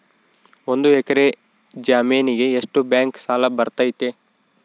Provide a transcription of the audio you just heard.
ಒಂದು ಎಕರೆ ಜಮೇನಿಗೆ ಎಷ್ಟು ಬ್ಯಾಂಕ್ ಸಾಲ ಬರ್ತೈತೆ?